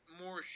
more